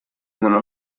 sono